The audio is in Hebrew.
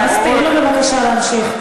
תנו לה בבקשה להמשיך.